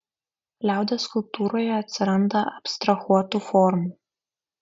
liaudies skulptūroje atsiranda abstrahuotų formų